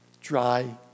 dry